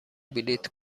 بلیط